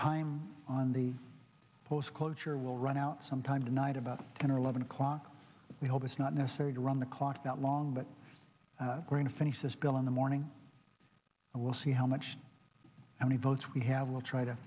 ime on the post culture will run out sometime tonight about ten or eleven o'clock we hope it's not necessary to run the clock that long but going to finish this bill in the morning and we'll see how much money votes we have will try to